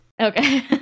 Okay